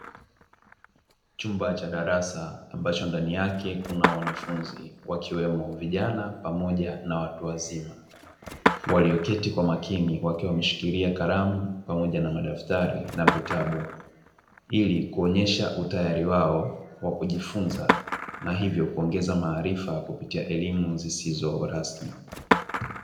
Chumba cha darasa ambacho ndani yake kuna wanafunzi wakiwemo vijana pamoja na watu wazima waliyoketi kwa makini wakiwa wameshikilia kalamu pamoja na madaftari na vitabu, ili kuonyesha utayari wao wa kujifunza na hivyo kuongeza maarifa kupitia elimu zisizo rasmi.